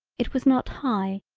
it was not high,